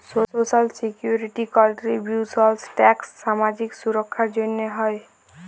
social security contributions tax সামাজিক সুরক্ষার জ্যনহে হ্যয়